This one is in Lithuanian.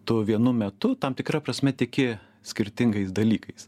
tu vienu metu tam tikra prasme tiki skirtingais dalykais